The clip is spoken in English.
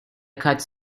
cuts